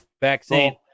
Vaccine